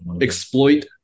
exploit